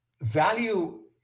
value